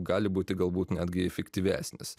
gali būti galbūt netgi efektyvesnis